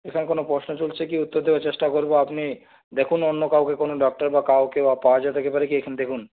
এখানে কোনো প্রশ্ন চলছে কি উত্তর দেওয়ার চেষ্টা করবো আপনি দেখুন অন্য কাউকে কোনও ডক্টর বা কাউকে বা পাওয়া যেতে কি পারে কি এখন দেখুন